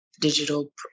digital